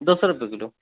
दो सौ रुपये किलो